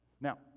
Now